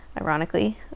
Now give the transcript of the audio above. ironically